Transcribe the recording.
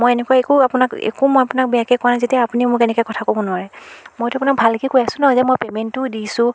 মই এনেকুৱা একো আপোনাক একো মই আপোনাক বেয়াকৈ কোৱা নাই যেতিয়া আপুনি মোক এনেকৈ কথা ক'ব নোৱাৰে মইতো আপোনাক ভালকৈ কৈ আছো ন যে মই পে'মেণ্টটোও দিছোঁ